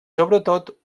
sobretot